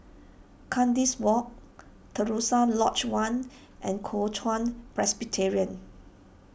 Kandis Walk Terusan Lodge one and Kuo Chuan Presbyterian